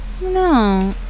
no